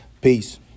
Peace